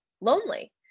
lonely